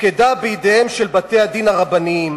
הופקדה בידי בתי-הדין הרבניים,